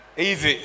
Easy